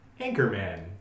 Anchorman